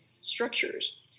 structures